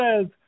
says